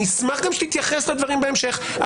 אני אשמח גם שתתייחס לדברים בהמשך.